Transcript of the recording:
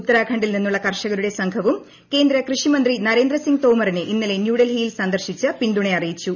ഉത്തരാഖണ്ഡിൽ നിന്നുള്ള കർഷകരുടെ സംഘവും കേന്ദ്ര കൃഷി മന്ത്രി നരേന്ദ്ര സിംഗ് തോമറിനെ ഇന്നലെ ന്യൂഡൽഹിയിൽ സന്ദർശിച്ച് പിന്തുണയറിയിച്ചു